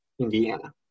Indiana